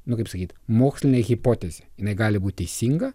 nu kaip sakyt mokslinė hipotezė jinai gali būt teisinga